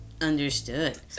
understood